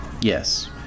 Yes